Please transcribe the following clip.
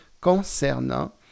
concernant